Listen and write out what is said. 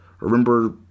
remember